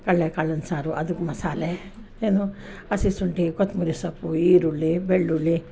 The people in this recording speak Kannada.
ಕಡಲೆಕಾಳಿನ ಸಾರು ಅದಕ್ಕೆ ಮಸಾಲೆ ಏನು ಹಸಿ ಶುಂಠಿ ಕೊತ್ತಂಬರಿ ಸೊಪ್ಪು ಈರುಳ್ಳಿ ಬೆಳ್ಳುಳ್ಳಿ